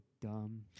dumb